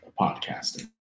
podcasting